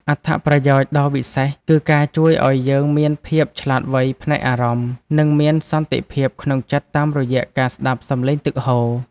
អត្ថប្រយោជន៍ដ៏វិសេស គឺការជួយឱ្យយើងមានភាពឆ្លាតវៃផ្នែកអារម្មណ៍ និងមានសន្តិភាពក្នុងចិត្តតាមរយៈការស្ដាប់សម្លេងទឹកហូរ។